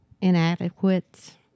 inadequate